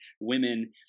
women